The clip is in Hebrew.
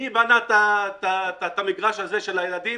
מי בנה את המגרש של הילדים